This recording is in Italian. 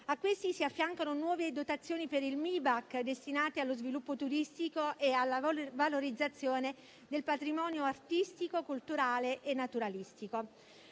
A questi si affiancano nuove dotazioni per il MIC destinate allo sviluppo turistico e alla valorizzazione del patrimonio artistico, culturale e naturalistico.